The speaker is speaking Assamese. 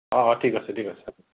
অ' অ' ঠিক আছে ঠিক আছে